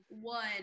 one